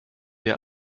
der